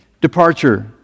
departure